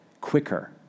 quicker